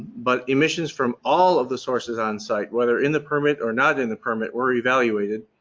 but emissions from all of the sources on site, whether in the permit or not in the permit are evaluated,